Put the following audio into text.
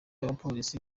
abapolisi